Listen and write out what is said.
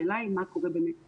השאלה היא מה קורה באמת בשטח,